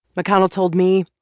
mcconnell told me,